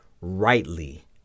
rightly